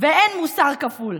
ואין מוסר כפול.